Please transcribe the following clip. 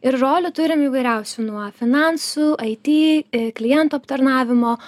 ir rolių turim įvairiausių nuo finansų it a klientų aptarnavimo